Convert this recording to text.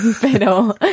pero